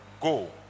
go